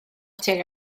tuag